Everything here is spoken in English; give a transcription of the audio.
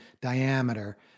diameter